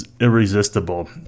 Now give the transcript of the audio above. irresistible